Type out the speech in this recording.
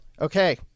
okay